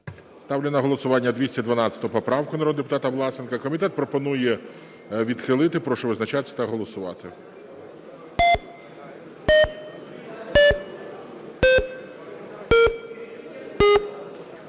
Ставлю на голосування 212 поправку народного депутата Власенка. Комітет пропонує відхилити. Прошу визначатись та голосувати.